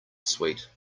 sweet